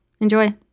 Enjoy